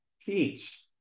teach